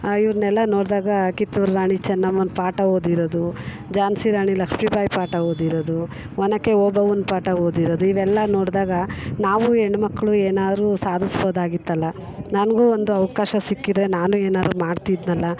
ಇವ್ರನ್ನೆಲ್ಲ ನೋಡಿದಾಗ ಕಿತ್ತೂರು ರಾಣಿ ಚೆನ್ನಮ್ಮನ ಪಾಠ ಓದಿರೋದು ಝಾನ್ಸಿ ರಾಣಿ ಲಕ್ಷ್ಮೀ ಬಾಯಿ ಪಾಠ ಓದಿರೋದು ಒನಕೆ ಓಬವ್ವನ ಪಾಠ ಓದಿರೋದು ಇವೆಲ್ಲ ನೋಡಿದಾಗ ನಾವು ಹೆಣ್ಮಕ್ಳು ಏನಾದರು ಸಾಧಿಸ್ಬೋದಾಗಿತ್ತಲ್ಲ ನನಗೂ ಒಂದು ಅವಕಾಶ ಸಿಕ್ಕಿದರೆ ನಾನು ಏನಾದ್ರು ಮಾಡ್ತಿದ್ದೆನಲ್ಲ